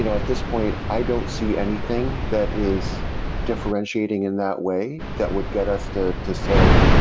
you know at this point, i don't see anything that is differentiating in that way that would get us to to say,